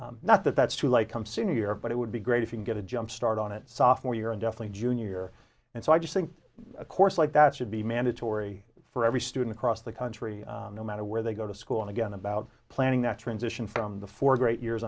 network not that that's too like come senior but it would be great if you can get a jump start on it sophomore year and definitely junior and so i just think a course like that should be mandatory for every student across the country no matter where they go to school and again about planning that transition from the four great years